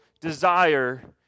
desire